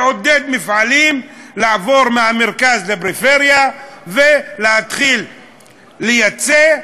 לעודד מפעלים לעבור מהמרכז לפריפריה ולהתחיל לייצא.